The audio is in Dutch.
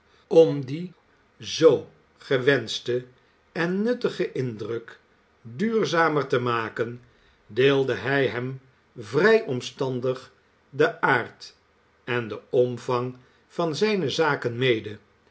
om dien zoo gewenschten en nuttigen indruk duurzamer te maken deelde hij hem vrij omstandig den aard en den omvang van zijne zaken mede